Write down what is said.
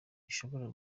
ishobora